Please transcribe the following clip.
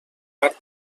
part